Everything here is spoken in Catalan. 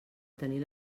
tenir